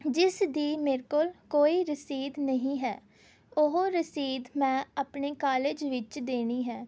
ਜਿਸ ਦੀ ਮੇਰੇ ਕੋਲ ਕੋਈ ਰਸੀਦ ਨਹੀਂ ਹੈ ਉਹ ਰਸੀਦ ਮੈਂ ਆਪਣੇ ਕਾਲਜ ਵਿੱਚ ਦੇਣੀ ਹੈ